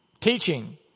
Teaching